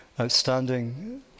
outstanding